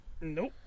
Nope